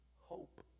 hope